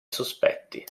sospetti